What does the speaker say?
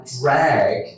drag